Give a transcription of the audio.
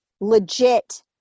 legit